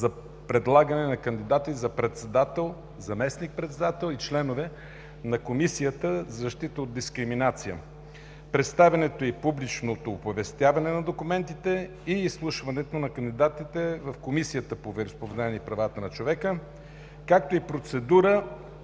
за предлагане на кандидати за председател, заместник-председател и членове на Комисията за защита от дискриминация, представянето и публичното оповестяване на документите и изслушването на кандидатите в Комисията по вероизповеданията и правата на човека, както и процедурата